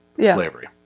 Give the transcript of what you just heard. slavery